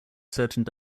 certain